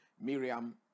miriam